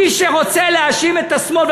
מי שרוצה להאשים את השמאל,